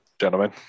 Gentlemen